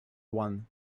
one